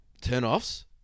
Turn-offs